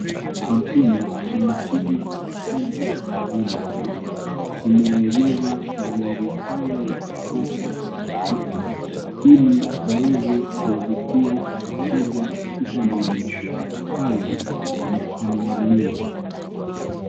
Kampuni ya Mercedes Center Limited, imeegeza magari haya ya kisasa hapa, ili yaweze kuwavutia wateja katika maonyesho haya na yakanunuliwa.